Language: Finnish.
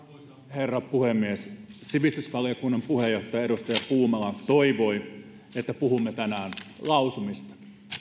herra puhemies sivistysvaliokunnan puheenjohtaja edustaja puumala toivoi että puhumme tänään lausumista